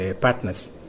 partners